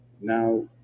now